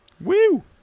Woo